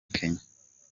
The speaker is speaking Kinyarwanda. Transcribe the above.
kenya